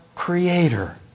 creator